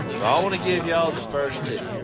ah i wanna give y'all the first two.